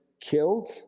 killed